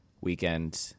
weekend